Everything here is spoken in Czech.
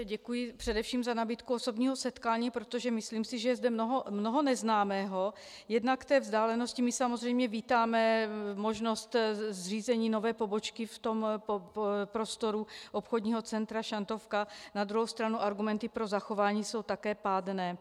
Děkuji především za nabídku osobního setkání, protože si myslím, že je zde mnoho neznámého jednak k té vzdálenosti my samozřejmě vítáme možnost zřízení nové pobočky v prostoru obchodního centra Šantovka, na druhou stranu argumenty pro zachování jsou také pádné.